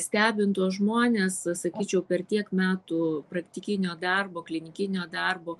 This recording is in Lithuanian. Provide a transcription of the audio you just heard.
stebint tuos žmones sakyčiau per tiek metų praktikinio darbo klinikinio darbo